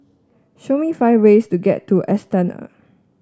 show me five ways to get to Astana